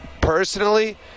Personally